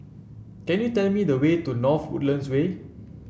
can you tell me the way to North Woodlands Way